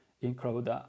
include